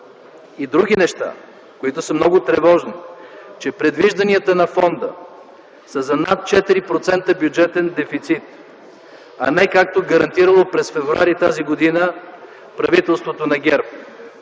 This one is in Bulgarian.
и други неща, които са много тревожни - че предвижданията на Фонда са за над 4% бюджетен дефицит, а не както е гарантирало през м. февруари тази година правителството на ГЕРБ.